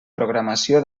programació